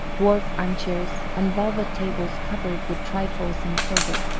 dwarf armchairs, and velvet tables covered with trifles in silver.